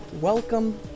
Welcome